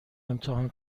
امتحان